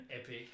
epic